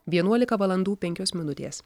vienuolika valandų penkios minutės